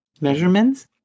measurements